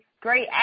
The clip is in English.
Great